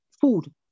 food